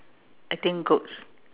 I think goats